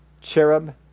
Cherub